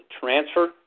transfer